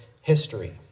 history